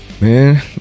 Man